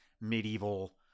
medieval